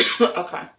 okay